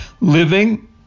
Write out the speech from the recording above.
LIVING